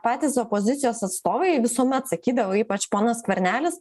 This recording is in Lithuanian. patys opozicijos atstovai visuomet sakydavo ypač ponas skvernelis